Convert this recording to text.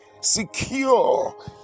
secure